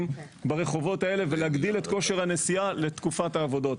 ברחובות האלה ולהגדיל את כושר הנסיעה לתקופת העבודות.